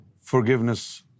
forgiveness